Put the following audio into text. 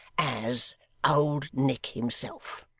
as old nick himself.